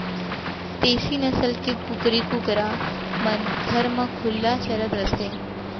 देसी नसल के कुकरी कुकरा मन घर म खुल्ला चरत रथें